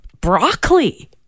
broccoli